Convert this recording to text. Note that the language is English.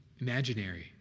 Imaginary